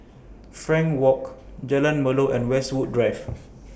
Frankel Walk Jalan Melor and Westwood Drive